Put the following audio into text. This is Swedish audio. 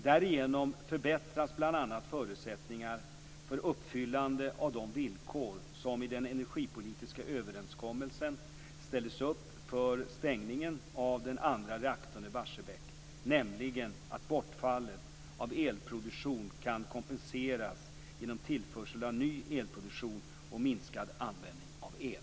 Därigenom förbättras bl.a. förutsättningarna för uppfyllandet av det villkor som i den energipolitiska överenskommelsen ställdes upp för stängningen av den andra reaktorn i Barsebäck, nämligen att bortfallet av elproduktion kan kompenseras genom tillförsel av ny elproduktion och minskad användning av el.